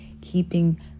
keeping